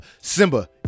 Simba